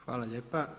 Hvala lijepa.